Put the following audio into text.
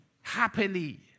happily